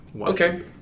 Okay